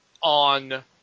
on